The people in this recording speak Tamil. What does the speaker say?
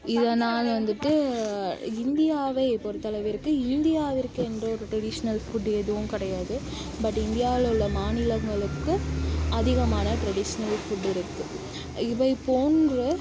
இதனால் வந்துட்டு இந்தியாவை பொறுத்தளவிற்கு இந்தியாவிற்கு என்று ஒரு ட்ரெடிஷ்னல் ஃபுட் எதுவும் கிடையாது பட் இந்தியாவில் உள்ள மாநிலங்களுக்கு அதிகமான ட்ரெடிஷ்னல் ஃபுட் இருக்குது இவை போன்ற